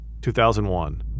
2001